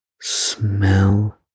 smell